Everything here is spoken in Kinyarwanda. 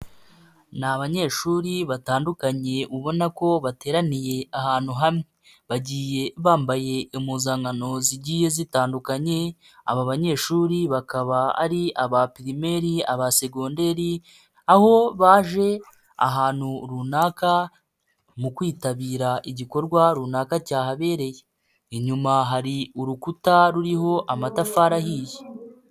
Ni abanyeshuri batandukanye, ubona ko bateraniye ahantu hamwe. Bagiye bambaye impuzankano zigiye zitandukanye, aba banyeshuri bakaba ari aba pirimeri, aba segonderi, aho baje ahantu runaka, mu kwitabira igikorwa runaka cyahabereye. Inyuma hari urukuta ruriho amatafari ahiye.